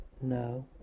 No